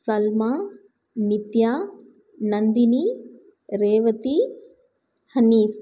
Salma Nithya Nandini Revathi Honey's